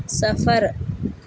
صفر